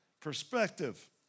perspective